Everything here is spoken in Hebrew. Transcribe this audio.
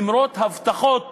למרות הבטחות